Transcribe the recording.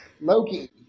Loki